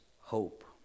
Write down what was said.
hope